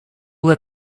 let